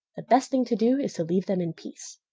the best thing to do is to leave them in peace!